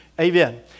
Amen